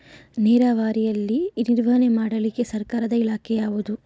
ನೇರಾವರಿಯಲ್ಲಿ ನಿರ್ವಹಣೆ ಮಾಡಲಿಕ್ಕೆ ಸರ್ಕಾರದ ಇಲಾಖೆ ಯಾವುದು?